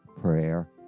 prayer